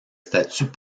statues